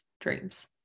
dreams